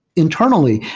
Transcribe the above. internally,